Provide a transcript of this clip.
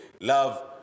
love